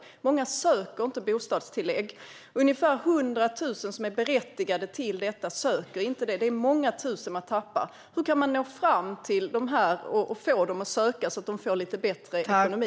Men många söker inte bostadstillägg. Ungefär 100 000 som är berättigade till detta söker det inte. Det är många tusen som de tappar. Hur kan man nå fram till dem och få dem att söka, så att de får lite bättre ekonomi?